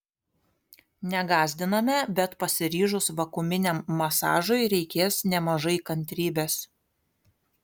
negąsdiname bet pasiryžus vakuuminiam masažui reikės nemažai kantrybės